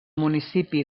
municipi